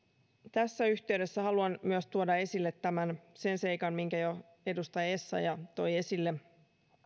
tässä yhteydessä haluan myös tuoda esille sen seikan minkä jo edustaja essayah toi esille